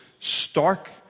Stark